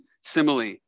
simile